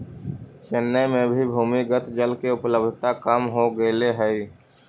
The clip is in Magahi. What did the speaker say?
चेन्नई में भी भूमिगत जल के उपलब्धता कम हो गेले हई